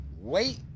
wait